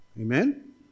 Amen